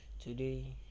today